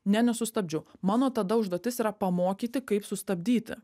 ne nesustabdžiau mano tada užduotis yra pamokyti kaip sustabdyti